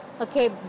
Okay